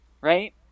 right